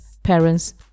parents